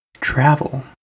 Travel